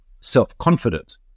self-confident